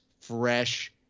fresh